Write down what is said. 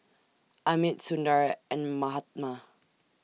Amit Sundar and Mahatma